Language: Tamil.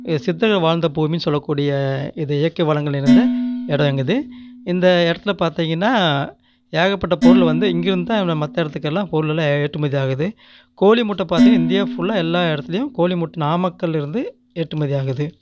சித்தர்கள் வாழ்ந்த பூமின்னு சொல்லக்கூடிய இது இயற்கை வளங்கள் நிறைந்த இடம் எங்களுது இந்த இடத்துல பார்த்தீங்கன்னா ஏகப்பட்ட பொருள் வந்து இங்கேருந்தான் மற்ற இடத்துக்கெல்லாம் பொருளெல்லாம் ஏற்றுமதி ஆகுது கோழி முட்டை பார்த்தீங்கன்னா இந்தியா ஃபுல்லாக எல்லா இடத்துலியும் கோழி முட்டை நாமக்கல்லில் இருந்து ஏற்றுமதி ஆகுது